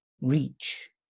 reach